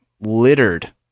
littered